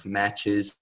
matches